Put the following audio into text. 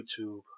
YouTube